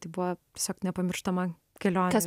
tai buvo tiesiog nepamirštama kelionė